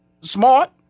Smart